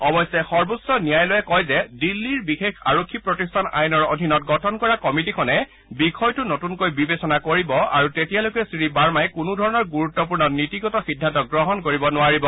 অৱশ্যে সৰ্বোচ্চ ন্যায়ালয়ে কয় যে দিল্লী বিশেষ আৰক্ষী প্ৰতিষ্ঠান আইনৰ অধীনত গঠন কৰা কমিটীখনে বিষয়টো নতুনকৈ বিবেচনা কৰিব আৰু তেতিয়ালৈকে শ্ৰীবাৰ্মাই কোনো ধৰণৰ গুৰুত্পূৰ্ণ নীতিগত সিদ্ধান্ত গ্ৰহণ কৰিব নোৱাৰিব